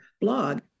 blog